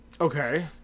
Okay